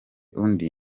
undi